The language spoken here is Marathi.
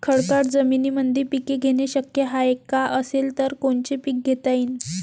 खडकाळ जमीनीमंदी पिके घेणे शक्य हाये का? असेल तर कोनचे पीक घेता येईन?